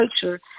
culture